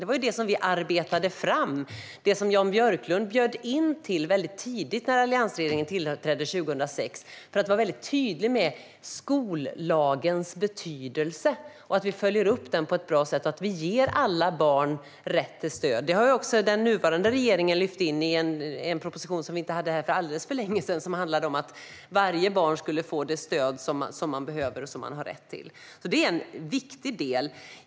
Det var detta som vi arbetade fram och som Jan Björklund bjöd in till väldigt tidigt när alliansregeringen tillträdde 2006, för att vara väldigt tydlig med skollagens betydelse samt betydelsen av att vi följer upp den på ett bra sätt och ger alla barn rätt till stöd. Detta har också den nuvarande regeringen lyft in i en proposition som vi talade om här för inte så länge sedan, som handlade om att varje barn ska få det stöd som det behöver och har rätt till. Det är en viktig del.